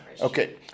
Okay